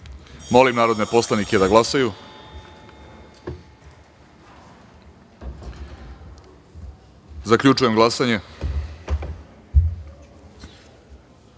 narodne poslanike da glasaju. Zaključujem glasanje: